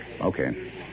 Okay